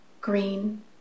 green